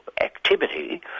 activity